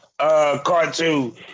cartoon